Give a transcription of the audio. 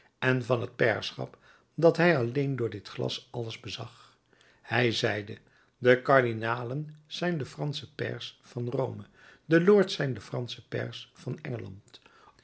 en van het pairschap dat hij alleen door dit glas alles bezag hij zeide de kardinalen zijn de fransche pairs van rome de lords zijn de fransche pairs van engeland